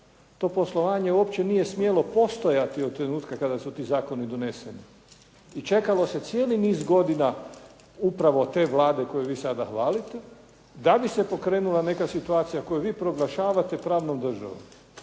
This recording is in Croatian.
to poslovanje uopće nije smjelo postojati od trenutka kada su ti zakoni doneseni. I čekalo se cijeli niz godina upravo od te vlade koju vi sada hvalite, da bi se pokrenula neka situacija koju vi proglašavate pravnom državom.